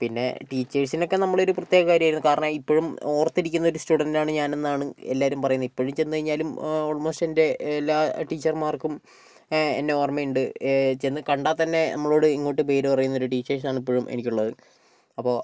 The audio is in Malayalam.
പിന്നെ ടീച്ചേഴ്സിനൊക്കെ നമ്മളെ ഒരു പ്രത്യേക കാര്യമായിരുന്നു കാരണം ഇപ്പഴും ഓർത്തിരിക്കുന്ന ഒരു സ്റ്റുഡൻറ്റാണ് ഞാൻ എന്നാണ് എല്ലാവരും പറയുന്നത് ഇപ്പഴും ചെന്ന് കഴിഞ്ഞാലും ഓൾ മോസ്റ്റ് എൻ്റെ എല്ലാ ടീച്ചർമാർക്കും എന്നെ ഓർമ്മയിണ്ട് ചെന്ന് കണ്ടാ തന്നെ നമ്മളോട് ഇങ്ങോട്ട് പേര് പറയുന്നൊരു ടീച്ചേഴ്സാണ് ഇപ്പഴും എനിക്കുള്ളത് അപ്പോൾ